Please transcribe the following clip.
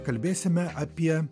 kalbėsime apie